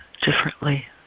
differently